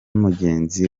mugenzi